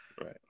Right